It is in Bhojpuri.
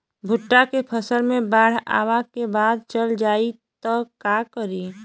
भुट्टा के फसल मे बाढ़ आवा के बाद चल जाई त का करी?